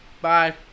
Bye